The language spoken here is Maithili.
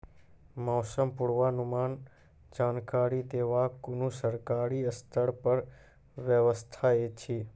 मौसम पूर्वानुमान जानकरी देवाक कुनू सरकारी स्तर पर व्यवस्था ऐछि?